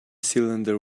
cylinder